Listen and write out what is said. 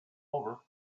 over